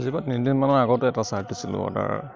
আজিপা তিদিনমানৰ আগতে এটা চাৰ্ট দিছিলোঁ অৰ্ডাৰ